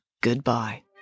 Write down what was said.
goodbye